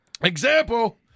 Example